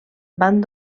van